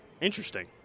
Interesting